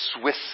Swiss